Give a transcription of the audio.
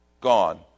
gone